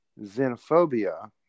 xenophobia